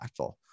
impactful